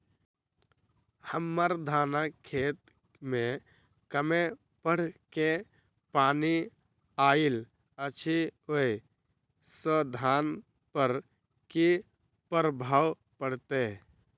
हम्मर धानक खेत मे कमे बाढ़ केँ पानि आइल अछि, ओय सँ धान पर की प्रभाव पड़तै?